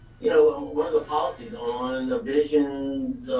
you know one of the policies on the visions